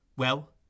Well